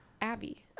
Abby